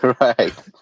Right